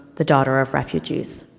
the daughter of refugees.